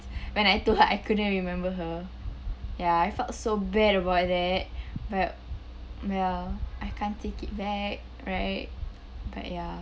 when I told her I couldn't remember her ya I felt so bad about that but ya I can't take it back right but ya